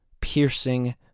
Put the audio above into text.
piercing